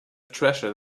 treasure